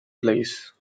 place